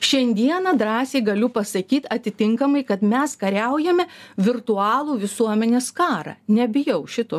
šiandieną drąsiai galiu pasakyt atitinkamai kad mes kariaujame virtualų visuomenės karą nebijau šito